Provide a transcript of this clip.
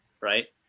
right